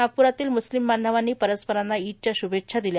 नागप्रातील मुस्लीम बांधवांनी परस्परांना ईदच्या श्भेच्छा दिल्या